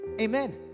amen